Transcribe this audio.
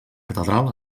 catedral